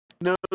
No